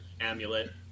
amulet